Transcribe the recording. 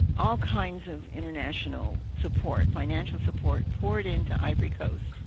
all kinds of international support, financial support, poured into ivory coast.